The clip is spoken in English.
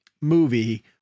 movie